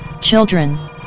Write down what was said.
children